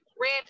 red